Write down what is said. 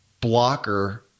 blocker